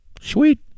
Sweet